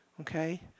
okay